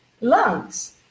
lungs